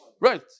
Right